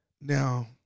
Now